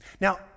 Now